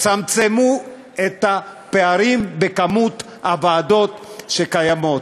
תצמצמו את הפערים במספר הוועדות שקיימות,